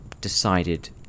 decided